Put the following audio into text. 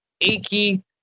achy